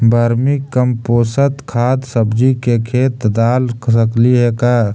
Vermi compost खाद सब्जी के खेत दाल सकली हे का?